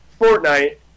Fortnite